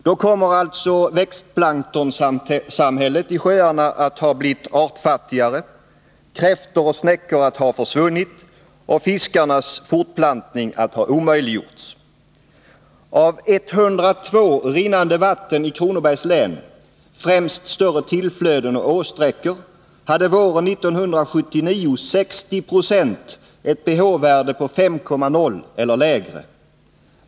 Då kommer alltså växtplanktonsamhället i sjöarna att ha blivit artfattigare, kräftor och snäckor att ha försvunnit och fiskarnas fortplantning att ha omöjliggjorts. | Av 102 rinnande vatten i Kronobergs län, främst större tillflöden och åsträckor, hade våren 1979 60 90 ett pH-värde på 5,0 eller lägre.